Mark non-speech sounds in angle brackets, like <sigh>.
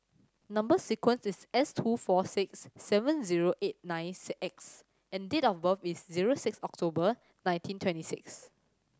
number sequence is S two four six seven zero eight nine <unintelligible> X and date of birth is zero six October nineteen twenty six